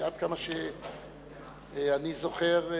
עד כמה שאני זוכר,